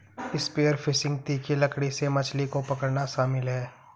spear fishing तीखी लकड़ी से मछली को पकड़ना शामिल है